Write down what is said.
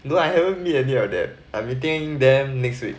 you know I haven't meet any of them I meeting them next week